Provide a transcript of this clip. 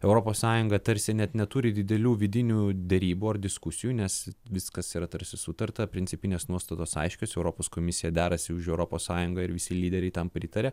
europos sąjunga tarsi net neturi didelių vidinių derybų ar diskusijų nes viskas yra tarsi sutarta principinės nuostatos aiškios europos komisija derasi už europos sąjungą ir visi lyderiai tam pritaria